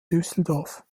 düsseldorf